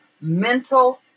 mental